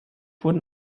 wurden